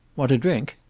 want a drink?